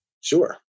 Sure